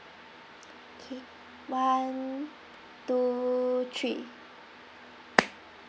K one two three